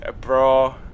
bro